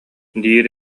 диир